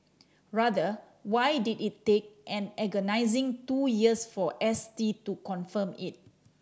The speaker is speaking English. rather why did it take an agonising two years for S T to confirm it